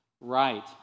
right